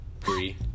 Three